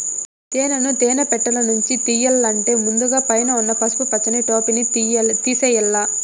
తేనెను తేనె పెట్టలనుంచి తియ్యల్లంటే ముందుగ పైన ఉన్న పసుపు పచ్చని టోపిని తేసివేయల్ల